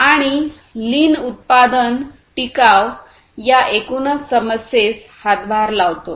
आणि लीन उत्पादन टिकाव या एकूणच समस्येस हातभार लावतो